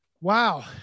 wow